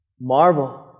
marvel